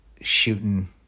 shooting